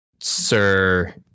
sir